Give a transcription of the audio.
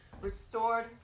restored